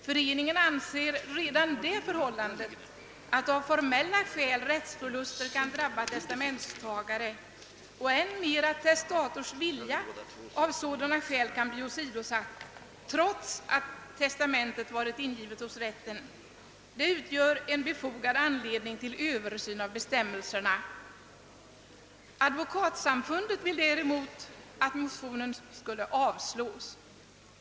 Föreningen anser redan det förhållandet, att av formella skäl rättsförluster kan drabba testamentstagare, och än mer att testators vilja av sådana skäl kan bli åsidosatt, trots att testamentet ingivits till rätten, utgöra befogad anledning till översyn av bestämmelserna. Advokatsamfundet vill däremot att motionen skall avslås.